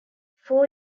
four